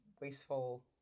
wasteful